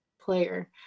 player